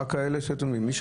זה המצב היום.